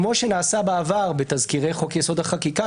כמו נעשה בעבר בתזכירי חוק יסוד החקיקה,